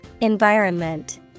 Environment